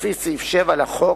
לפי סעיף 7 לחוק,